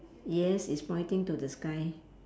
yes it's pointing to the sky